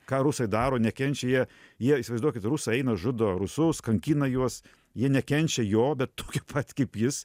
ką rusai daro nekenčia jie jie įsivaizduokit rusai eina žudo rusus kankina juos jie nekenčia jo bet tokie pat kaip jis